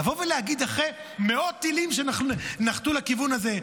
לבוא ולהגיד, אחרי מאות טילים שנחתו לכיוון הזה,